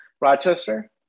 Rochester